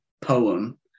poem